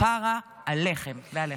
כפרה עליכם ועליך.